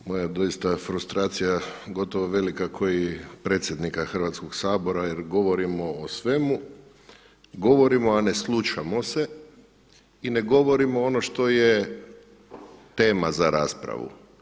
Moja je doista frustracija gotovo velika kao i predsjednika Hrvatskoga sabora jer govorimo o svemu, govorimo a ne slušamo se i ne govorimo ono što je tema za raspravu.